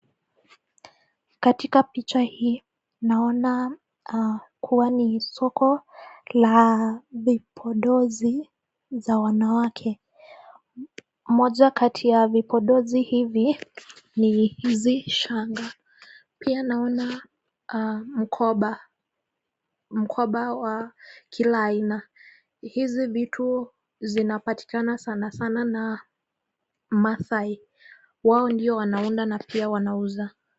Katika picha hii, naona kuwa ni soko la vipodozi za wanawake. Moja kati ya vipodozi hivi ni hizi shanga. Pia naona mkoba, mkoba wa kila aina. Hizi vitu zinapatikana sana sana na maasai. Wao ndio wanaunda na pia wanauza.